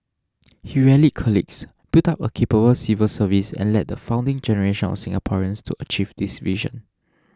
he rallied colleagues built up a capable civil service and led the founding generation of Singaporeans to achieve this vision